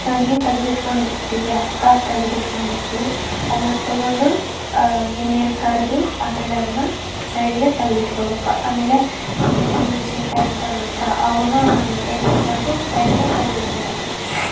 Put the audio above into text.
ಸಂಡ್ಗಿ ತೆಗ್ದಿಟ್ಕೊಂಡಿರ್ತೀವಿ ಹಪ್ಳ ತೆಗ್ದಿಟ್ಕೊಂಡಿರ್ತೀವಿ ಅದನ್ನ ತೊಗೊಂಡು ಎಣ್ಣೆಲ್ಲಿ ಕರಿದು ಆಮೇಲೆ ಅದನ್ನ ಸೈಡಿಗೆ ತಗ್ದಿಟ್ಕೊಬೇಕ ಆಮೇಲೆ ಮಜ್ಜಿಗೆ ಮೆಣ್ಸಿನ್ಕಾಯ್ ಅಂತ ಬರುತ್ತೆ ಅವನ್ನೂ ಎಣ್ಣೆಲ್ಲಿ ಕರಿದು ಸೈಡ್ಗೆ ತಗ್ದಿಟ್ಕೊಬೇಕು